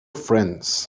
friends